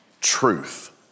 truth